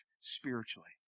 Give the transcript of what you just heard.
spiritually